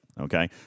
Okay